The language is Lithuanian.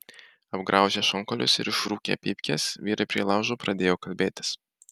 apgraužę šonkaulius ir išrūkę pypkes vyrai prie laužo pradėjo kalbėtis